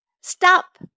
Stop